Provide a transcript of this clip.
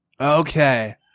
Okay